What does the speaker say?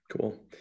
Cool